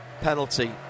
penalty